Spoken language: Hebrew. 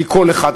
כי כל אחד,